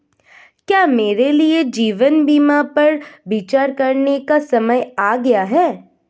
क्या मेरे लिए जीवन बीमा पर विचार करने का समय आ गया है?